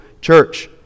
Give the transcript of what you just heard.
church